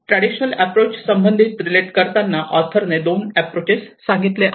traditional approach संबंधित relate करताना ऑथरने दोन अॅप्रोचेस सांगितले आहेत